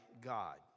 God